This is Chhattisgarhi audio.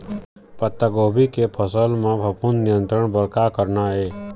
पत्तागोभी के फसल म फफूंद नियंत्रण बर का करना ये?